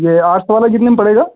ये आठ सौ वाला कितने में पड़ेगा